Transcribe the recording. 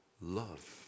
love